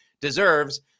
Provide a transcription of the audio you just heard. deserves